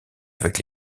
avec